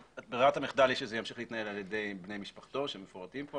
ברירת המחדל היא שזה ימשיך להתנהל על ידי בני משפחתו שמקורבים כאן,